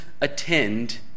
attend